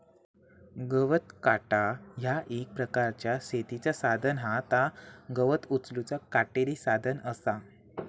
गवत काटा ह्या एक प्रकारचा शेतीचा साधन हा ता गवत उचलूचा काटेरी साधन असा